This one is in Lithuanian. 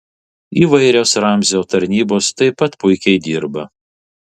įvairios ramzio tarnybos taip pat puikiai dirba